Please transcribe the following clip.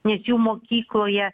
nes jų mokykloje